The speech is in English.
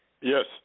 Yes